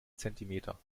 zentimeter